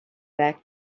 back